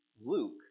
Luke